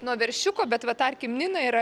nuo veršiuko bet va tarkim nina yra